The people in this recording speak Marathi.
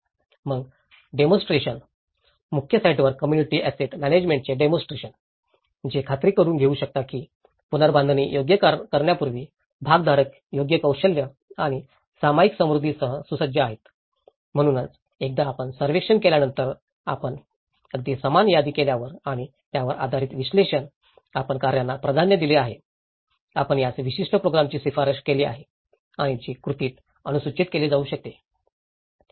मग डेमोस्ट्रेशन मुख्य साइटवर कम्म्युनिटी ऍसेट म्यानेजमेंटाचे डेमोस्ट्रेशन जे खात्री करुन घेऊ शकतात की पुनर्बांधणी योग्य करण्यापूर्वी भागधारक योग्य कौशल्ये आणि सामायिक समृद्धीसह सुसज्ज आहेत म्हणूनच एकदा आपण सर्वेक्षण केल्यानंतर आपण अगदी समान यादी केल्यावर आणि त्यावर आधारित विश्लेषण आपण कार्यांना प्राधान्य दिले आहे आपण त्यास विशिष्ट प्रोग्रामची शिफारस केली आहे आणि जे कृतीत अनुसूचित केले जाऊ शकते